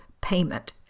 payment